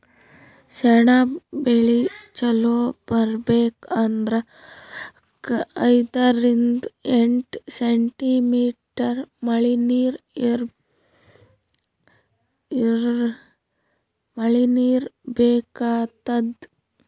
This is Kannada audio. ಸೆಣಬ್ ಬೆಳಿ ಚಲೋ ಬರ್ಬೆಕ್ ಅಂದ್ರ ಅದಕ್ಕ್ ಐದರಿಂದ್ ಎಂಟ್ ಸೆಂಟಿಮೀಟರ್ ಮಳಿನೀರ್ ಬೇಕಾತದ್